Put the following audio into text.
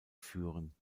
führen